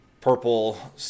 purple